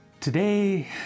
Today